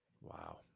Wow